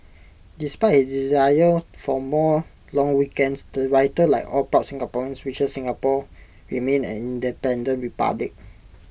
despite his desire for more long weekends the writer like all proud Singaporeans wishes Singapore remains an independent republic